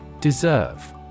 Deserve